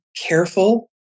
careful